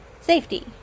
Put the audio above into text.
safety